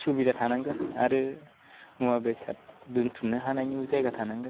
सुबिदा थानांगोन आरो मुवा बेसाद दोनथुमनो हानायनिबो जायगा थानांगोन